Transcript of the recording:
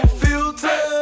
filter